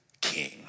king